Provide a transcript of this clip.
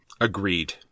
Agreed